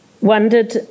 wondered